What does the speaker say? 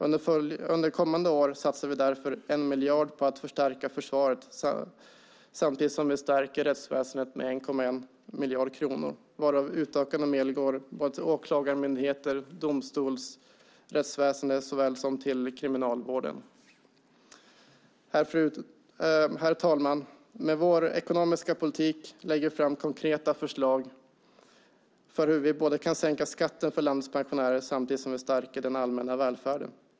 Under kommande år satsar vi därför en miljard på att förstärka försvaret, samtidigt som vi stärker rättsväsendet med 1,1 miljard kronor, varav utökade medel går till åklagarmyndigheter och domstolsväsen såväl som till kriminalvården. Herr talman! Med vår ekonomiska politik lägger vi fram konkreta förslag för hur vi kan sänka skatten för landets pensionärer och samtidigt stärka den allmänna välfärden.